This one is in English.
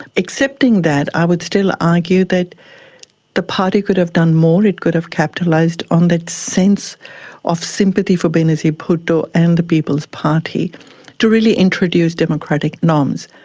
excepting that i would still argue that the party could have done more, it could have capitalised on that sense of sympathy for benazir bhutto and the people's party to really introduce democratic norms.